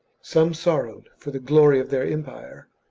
some sorrowed for the glory of their empire,